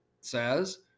says